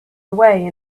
away